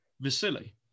Vasily